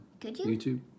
YouTube